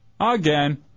again